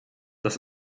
das